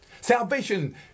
salvation